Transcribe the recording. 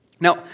Now